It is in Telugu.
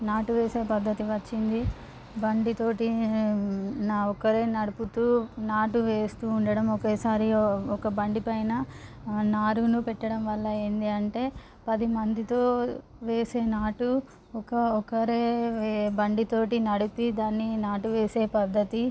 నాటు వేసే పద్ధతి వచ్చింది బండి తోటి న ఒక్కరే నడుపుతూ నాటు వేస్తూ ఉండడం ఒకేసారి ఒక బండి పైన నారును పెట్టడం వల్ల ఏంది అంటే పదిమందితో వేసే నాటు ఒక ఒకరే బండి తోటి నడిపి దాన్ని నాటు వేసే పద్ధతి